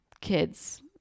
kids